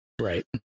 Right